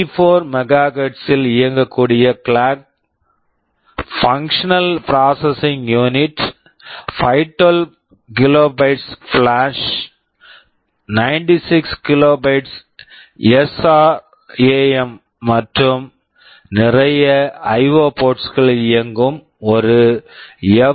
84 mega hertz MHz -ல் இயங்கக்கூடிய clock clock functional processing unit functional processing unit 512 kilobytes kilobytes flash flash 96 kilobytes kilobytes SRAM SRAM மற்றும் நிறைய IO IO ports ports களில் இயங்கும் ஒரு F